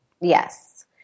Yes